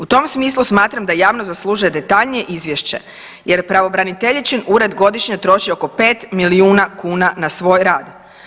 U tom smislu smatram da javnost zaslužuje detaljnije izvješće jer pravobraniteljičin ured godišnje troši oko 5 milijuna kuna na svoj rad.